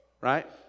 Right